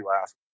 last